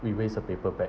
we waste a paper bag